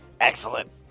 Excellent